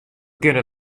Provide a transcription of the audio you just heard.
kinne